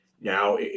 now